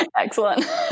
Excellent